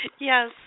Yes